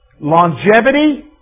longevity